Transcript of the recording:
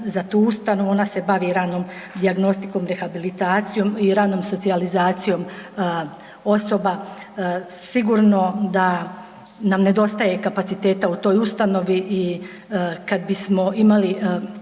za tu ustanovu, ona se bavi ranom dijagnostikom, rehabilitacijom i ranom socijalizacijom osoba, sigurno da nam nedostaje kapaciteta u toj ustanovi i kad bismo imali